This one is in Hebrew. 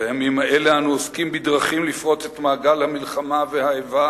בימים האלה אנו עוסקים בדרכים לפרוץ את מעגל המלחמה והאיבה